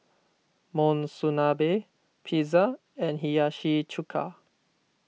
Monsunabe Pizza and Hiyashi Chuka